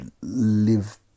live